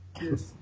Yes